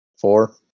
four